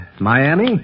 Miami